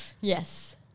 Yes